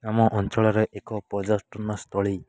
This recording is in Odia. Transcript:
ଆମ ଅଞ୍ଚଳରେ ଏକ ପର୍ଯ୍ୟଟନସ୍ଥଳୀ